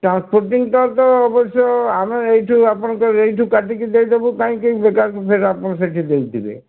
transporting ତ ତ ଅବଶ୍ୟ ଆମେ ଏଇଠୁ ଆପଣଙ୍କ ଏଇଠୁ କାଟିକି ଦେଇଦେବୁ କାଇଁକିଁ ବକାର ଫେର ଆପଣ ସେଠି ଦେଇଥିବେ